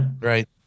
right